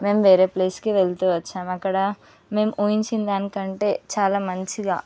మేమ్ వేరే ప్లేస్ వెళ్తూ వచ్చాం అక్కడ మేము ఊహించిన దానికంటే చాలా మంచిగా